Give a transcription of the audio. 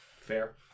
Fair